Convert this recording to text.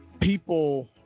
people